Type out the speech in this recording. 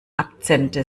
akzente